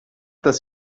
dass